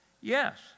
Yes